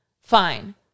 Fine